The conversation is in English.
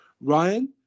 Ryan